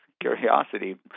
Curiosity